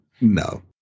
No